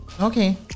Okay